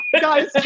Guys